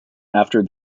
after